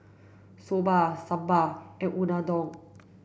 Soba Sambar and Unadon